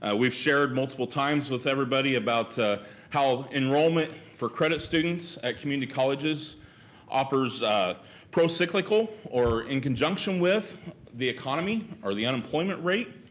ah we've shared multiple times with everybody about how enrollment for credit students at community colleges offers pro cyclical or in conjunction with the economy or the unemployment rate.